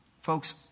Folks